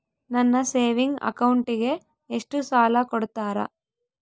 ನನ್ನ ಸೇವಿಂಗ್ ಅಕೌಂಟಿಗೆ ಎಷ್ಟು ಸಾಲ ಕೊಡ್ತಾರ?